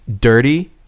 dirty